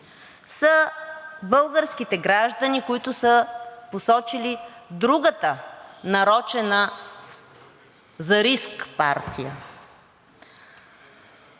са българските граждани, които са посочили другата нарочена за риск партия.